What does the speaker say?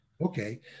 Okay